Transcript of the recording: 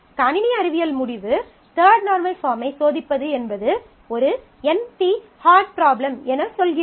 கணினி அறிவியல் முடிவு தர்ட் நார்மல் பாஃர்ம்மை சோதிப்பது என்பது ஒரு NP ஹார்ட் பிராப்ளம் என சொல்கிறது